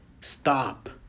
Stop